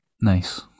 Nice